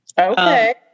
Okay